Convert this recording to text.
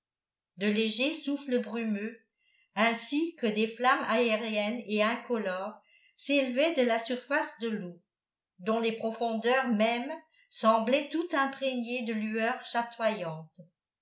de légers souffles brumeux ainsi que des flammes aériennes et incolores s'élevaient de la surface de l'eau dont les profondeurs mêmes semblaient tout imprégnées de lueurs chatoyantes